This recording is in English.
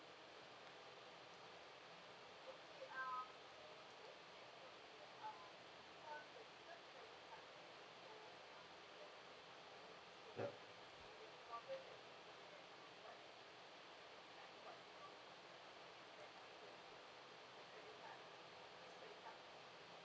yup